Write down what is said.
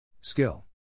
Skill